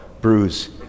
bruise